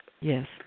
Yes